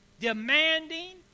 demanding